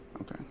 okay